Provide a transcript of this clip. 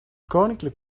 koninklijk